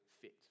fit